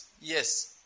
Yes